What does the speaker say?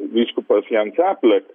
vyskupas jan caplek